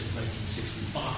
1965